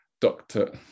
Doctor